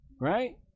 Right